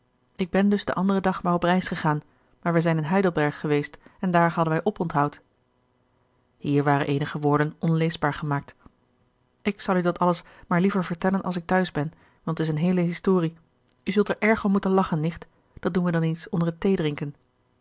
ik ben dus den anderen dag maar op reis gegaan maar wij zijn in heidelberg geweest en daar hadden wij oponthoud hier waren eenige woorden onleesbaar gemaakt ïk zal u dat alles maar liever vertellen als ik t'huis ben want t is een heele historie u zult er erg om moeten lachen nicht dat doen we dan eens onder het